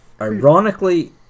ironically